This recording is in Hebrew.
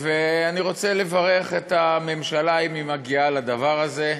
אני רוצה לברך את הממשלה אם היא מגיעה לדבר הזה.